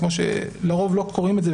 כמו שלרוב לא קוראים את זה,